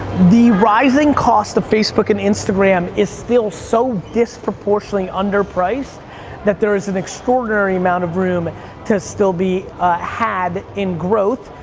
the rising costs of facebook and instagram is still so disproportionately under-priced that there is an extraordinary amount of room to still be had in growth,